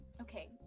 okay